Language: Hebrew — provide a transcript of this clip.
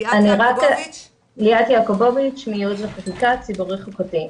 מייעוץ וחקיקה, ציבורי חוקתי.